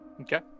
Okay